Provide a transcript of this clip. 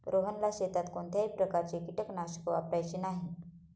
रोहनला शेतात कोणत्याही प्रकारचे कीटकनाशक वापरायचे नाही